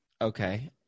Okay